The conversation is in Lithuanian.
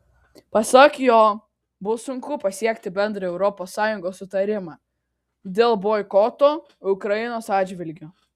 pasak jo bus sunku pasiekti bendrą europos sąjungos sutarimą dėl boikoto ukrainos atžvilgiu